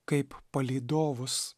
kaip palydovus